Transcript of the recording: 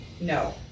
No